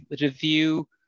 review